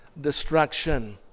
destruction